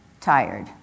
tired